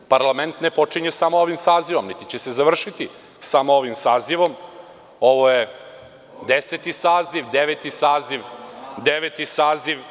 Parlament ne počinje samo ovim sazivom, niti će se završiti samo ovim sazivom, ovo je deseti saziv, deveti saziv.